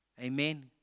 Amen